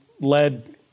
led